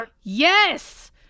Yes